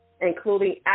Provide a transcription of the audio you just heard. including